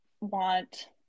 want